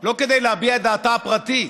לא כדי להביע את דעתה הפרטית,